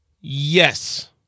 yes